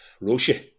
Russia